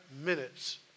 minutes